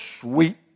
sweet